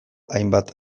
hainbat